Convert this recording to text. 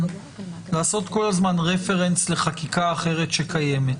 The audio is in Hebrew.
לעשות כל הזמן רפרנס לחקיקה אחרת שקיימת.